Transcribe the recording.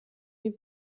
die